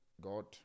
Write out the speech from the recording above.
God